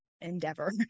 endeavor